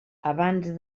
abans